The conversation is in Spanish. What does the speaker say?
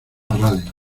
radio